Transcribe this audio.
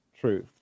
Truth